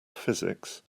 physics